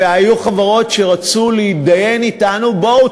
והיו חברות שרצו להתדיין אתנו: בואו,